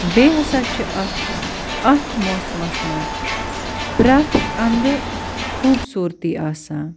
بیٚیہِ ہسا چھِ اَتھ اَتھ موسمَس منٛز پرٛتھ اَنٛدٕ خوٗبصوٗرتی آسان